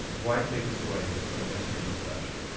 why take this away from the industry in this fashion?